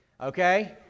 Okay